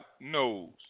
knows